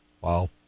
wow